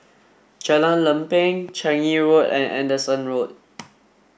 Jalan Lempeng Changi Road and Anderson Road